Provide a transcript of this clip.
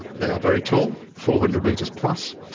they are very tall, four hundred metres plus,